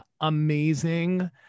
amazing